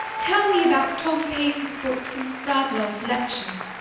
tell me about tom paine's books and bradlaugh's lectures.